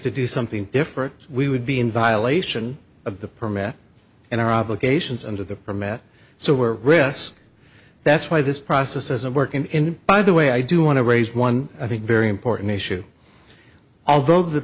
to do something different we would be in violation of the permit and our obligations under the permit so we're risks that's why this process isn't working in by the way i do want to raise one i think very important issue although the